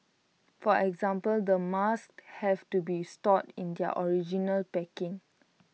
for example the masks have to be stored in their original packaging